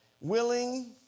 willing